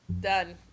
done